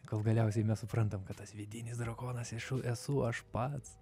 kol galiausiai mes suprantam kad tas vidinis drakonas esu esu aš pats